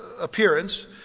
appearance